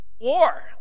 war